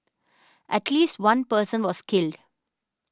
at least one person was killed